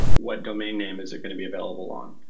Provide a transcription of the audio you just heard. what domain name is it going to be available on.